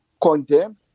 condemn